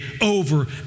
over